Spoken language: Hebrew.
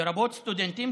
לרבות סטודנטים,